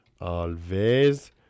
Alves